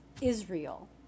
Israel